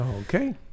Okay